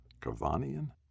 Kavanian